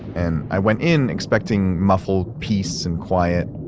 and i went in expecting muffled peace and quiet,